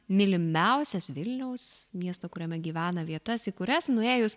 mylimiausias vilniaus miesto kuriame gyvena vietas į kurias nuėjus